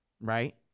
right